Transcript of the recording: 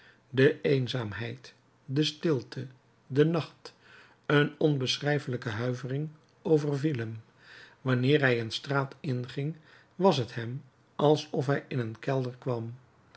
de eenzaamheid de stilte de nacht een onbeschrijfelijke huivering overviel hem wanneer hij een straat inging was t hem alsof hij in een kelder kwam